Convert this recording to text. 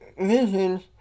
visions